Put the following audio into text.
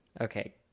Okay